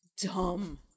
dumb